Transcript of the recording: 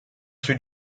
sui